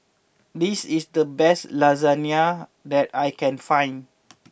this is the best Lasagna that I can find